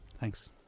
Thanks